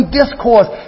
discourse